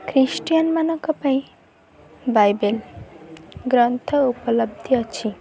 ଖ୍ରୀଷ୍ଟିୟାନ୍ମାନଙ୍କ ପାଇଁ ବାଇବେଲ୍ ଗ୍ରନ୍ଥ ଉପଲବ୍ଧି ଅଛି